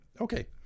Okay